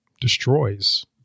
destroys